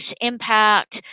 impact